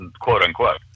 quote-unquote